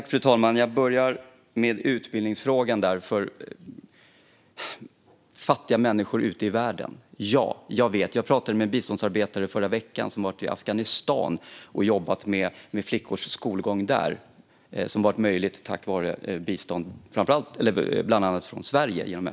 Fru talman! Jag börjar med frågan om utbildning för fattiga människor ute i världen. Jag pratade med en biståndsarbetare förra veckan som har varit i Afghanistan och jobbat med flickors skolgång där. Denna skolgång har varit möjlig tack vare bistånd bland annat från Sverige genom FN.